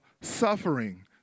suffering